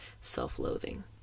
self-loathing